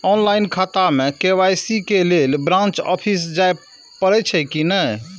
Online खाता में KYC के लेल ब्रांच ऑफिस जाय परेछै कि नहिं?